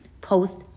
post